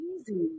easy